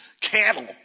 cattle